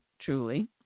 truly